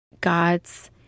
God's